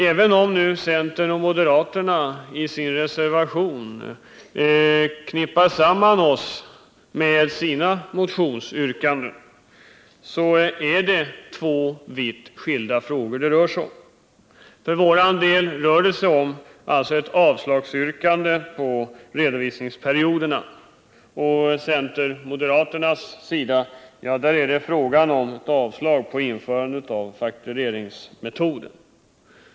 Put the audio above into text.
Centern och moderaterna buntar visserligen i sin reservation ihop vårt förslag med sina motionsyrkanden, men det är två vitt skilda frågor som det rör sig om. Vårt förslag är ett yrkande om avslag på ändring av reglerna för redovisningsperioderna medan de centerpartistiska och moderata reservanterna avstyrker propositionens förslag om bokföringsmetoder.